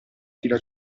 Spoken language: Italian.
fila